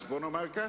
אז בוא נאמר ככה,